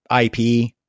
IP